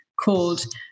called